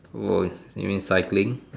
oh you mean cycling